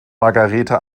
margarethe